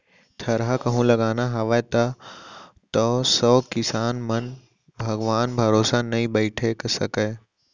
थरहा कहूं लगाना हावय तौ किसान मन भगवान भरोसा नइ बइठे सकयँ